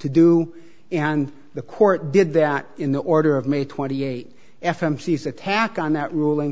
to do and the court did that in the order of may twenty eight f m c is attack on that ruling